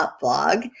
blog